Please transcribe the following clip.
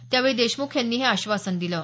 त्यावेळी देशमुख यांनी हे आश्वासन दिलं आहे